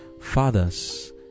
Fathers